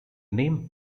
name